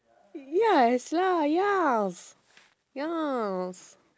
yes lah yas yas